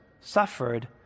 suffered